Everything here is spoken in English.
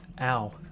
Ow